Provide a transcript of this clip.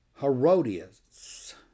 Herodias